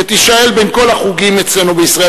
שתישאל בין כל החוגים אצלנו בישראל.